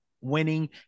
winning